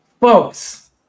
folks